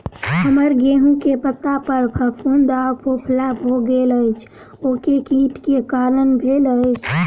हम्मर गेंहूँ केँ पत्ता पर फफूंद आ फफोला भऽ गेल अछि, ओ केँ कीट केँ कारण भेल अछि?